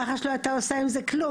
מח"ש לא הייתה עושה עם זה כלום.